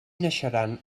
naixeran